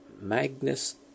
Magnus